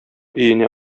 өенә